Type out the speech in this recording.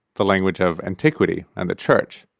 the language of antiquity and the church,